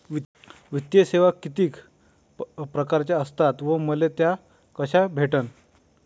वित्तीय सेवा कितीक परकारच्या असतात व मले त्या कशा भेटन?